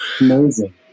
Amazing